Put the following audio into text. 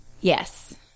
Yes